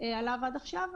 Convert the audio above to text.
עד עכשיו.